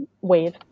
wave